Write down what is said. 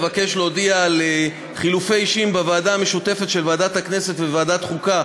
אבקש להודיע על חילופי אישים בוועדה המשותפת של ועדת הכנסת וועדת החוקה,